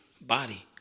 body